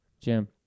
Jim